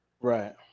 Right